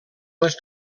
les